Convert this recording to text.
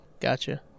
Gotcha